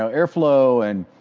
so air flow and,